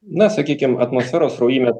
na sakykim atmosferos sraujymės